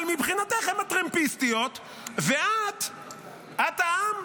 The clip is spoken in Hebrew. אבל מבחינתך הן הטרמפיסטיות ואת העם,